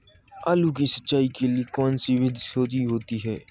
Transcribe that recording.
आलू की सिंचाई के लिए कौन सी विधि सही होती है?